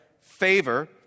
favor